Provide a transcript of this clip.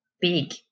big